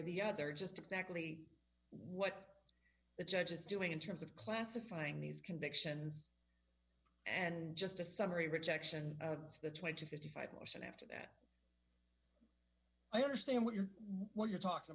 or the other just exactly what the judge is doing in terms of classifying these convictions and just a summary rejection of the twenty to fifty five or so and after that i understand what you're what you're talking